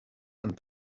and